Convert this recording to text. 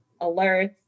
alerts